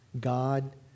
God